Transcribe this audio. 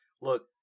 Look